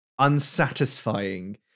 Unsatisfying